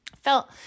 felt